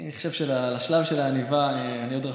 אני חושב שמהשלב של העניבה אני עוד רחוק,